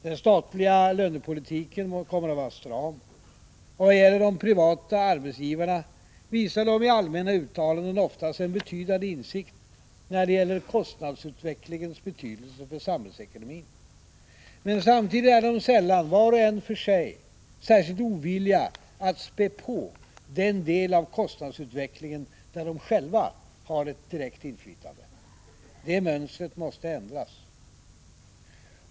Den statliga lönepolitiken kommer att vara stram. Vad gäller de privata arbetsgivarna visar de i allmänna uttalanden oftast en betydande insikt när det gäller kostnadsutvecklingens betydelse för samhällsekonomin. Men samtidigt är de sällan, var och en för sig, särskilt ovilliga att spä på den del av kostnadsutvecklingen där de själva har ett direkt inflytande. Det mönstret måste ändras.